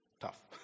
tough